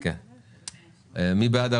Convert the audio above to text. רשות הטבע והגנים,